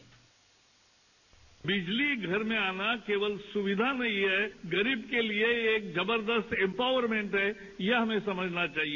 bite बिजली घर में आना केवल सुविधा नहीं है गरीब के लिए ये एक जबरदस्त इम्पारवरमेंट है यह हमें समझना चाहिए